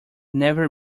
never